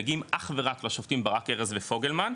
מגיעים אך ורק לשופטים ברק ארז ופוגלמן,